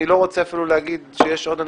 אני לא רוצה אפילו להגיד שיש עוד אנשים,